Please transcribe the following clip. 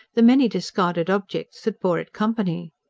the many discarded objects that bore it company.